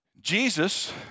Jesus